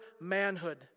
manhood